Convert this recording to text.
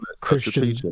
Christian